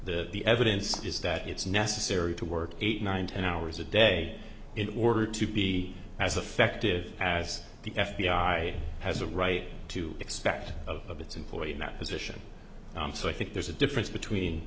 the the evidence is that it's necessary to work eight nine ten hours a day in order to be as effective as the f b i has a right to expect of its employee in that position so i think there's a difference between